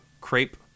crepe